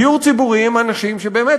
דיור ציבורי הוא לאנשים שבאמת,